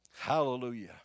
Hallelujah